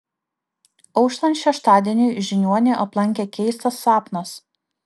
auštant šeštadieniui žiniuonį aplankė keistas sapnas